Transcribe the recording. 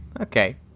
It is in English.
okay